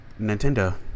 Nintendo